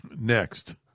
Next